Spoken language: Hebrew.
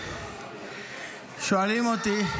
שואלים אותי,